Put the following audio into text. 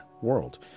world